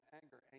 anger